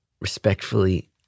respectfully